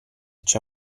c’è